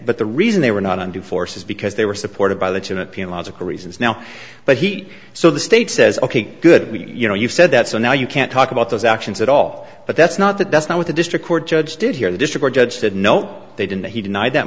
but the reason they were not under force is because they were supported by the two nepean logical reasons now but he so the state says ok good you know you've said that so now you can't talk about those actions at all but that's not that that's not with a district court judge did hear the district judge said no they didn't he denied that